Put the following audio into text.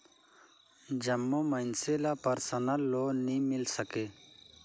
जम्मो मइनसे ल परसनल लोन नी मिल सके